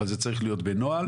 אבל זה צריך להיות בנוהל.